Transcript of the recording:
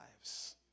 lives